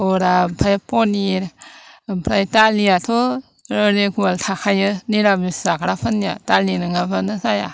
बरा ओमफ्राय पनिर ओमफ्राय दालियाथ' रिगुलार थाखायो निरामिस जाग्राफोरनिया दालि नङाब्लानो जाया